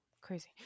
crazy